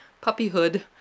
puppyhood